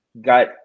got